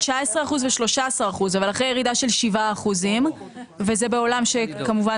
איך זה יכול להיות שסל שמהווה 50% בסוף מתרגם לאחוזים שכמעט